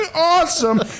Awesome